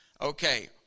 Okay